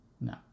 No